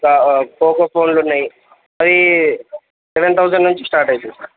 ఇంకా పోకో ఫోన్లున్నాయి అవి సెవెన్ తౌజండ్ నుంచి స్టార్ట్ అవుతాయి